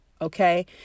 okay